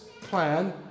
plan